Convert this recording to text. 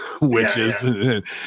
witches